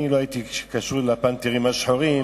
אני לא הייתי קשור ל"פנתרים השחורים".